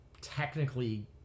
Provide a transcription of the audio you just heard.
technically